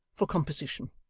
for composition.